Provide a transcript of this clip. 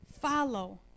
Follow